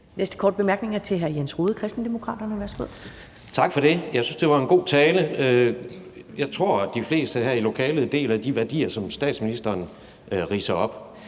næste korte bemærkning er til hr. Jens Rohde, Kristendemokraterne. Værsgo. Kl. 10:23 Jens Rohde (KD): Tak for det. Jeg synes, det var en god tale. Jeg tror, de fleste her i lokalet deler de værdier, som statsministeren ridser op.